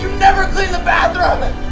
never clean the bathroom! oh.